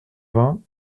vingts